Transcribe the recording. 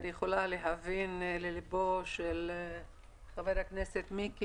אני יכולה להבין לליבו של חבר הכנסת מיקי